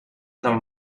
del